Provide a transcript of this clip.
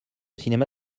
cinéma